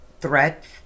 threats